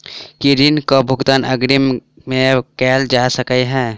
की ऋण कऽ भुगतान अग्रिम मे कैल जा सकै हय?